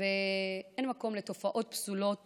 אין מקום לתופעות פסולות